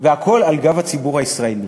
והכול על גב הציבור הישראלי.